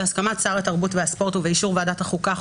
בהסכמת שר התרבות והספורט ובאישור ועדת החוקה,